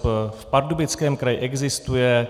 V Pardubickém kraji existuje.